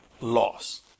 loss